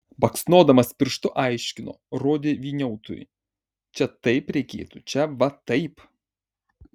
baksnodamas pirštu aiškino rodė vyniautui čia taip reikėtų čia va taip